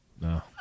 No